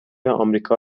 آمریکا